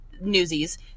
Newsies